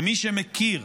מי שמכיר